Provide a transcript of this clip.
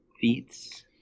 feats